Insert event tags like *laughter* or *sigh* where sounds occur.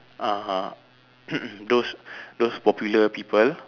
uh ah *coughs* those those popular people